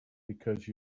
because